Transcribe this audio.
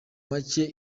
make